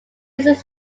uses